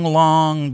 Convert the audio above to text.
long